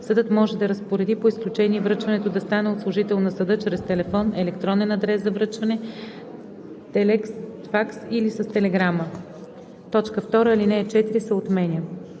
съдът може да разпореди по изключение връчването да стане от служител на съда чрез телефон, електронен адрес за връчване, телекс, факс или с телеграма.“ 2. Алинея 4 се отменя.“